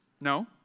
No